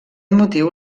motiu